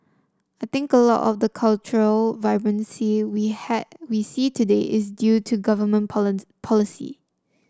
I think a lot of the cultural vibrancy we we see today is due to government policy